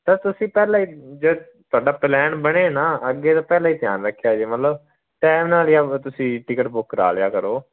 sir ਤੁਸੀਂ ਪਹਿਲਾਂ ਹੀ ਜੇ ਤੁਹਾਡਾ ਪਲੈਨ ਬਣੇ ਨਾ ਅੱਗੇ ਤੋਂ ਪਹਿਲਾਂ ਹੀ ਧਿਆਨ ਰੱਖਿਆ ਜੇ ਮਤਲਬ ਟਾਈਮ ਨਾਲ ਜਾਂ ਤੁਸੀਂ ਟਿਕਟ ਬੁੱਕ ਕਰਾ ਲਿਆ ਕਰੋ